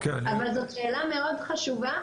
אבל זו שאלה מאוד חשובה,